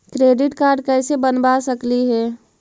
Credit card कैसे बनबा सकली हे?